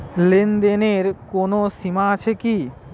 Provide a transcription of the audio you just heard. লেনদেনের কোনো সীমা আছে কি?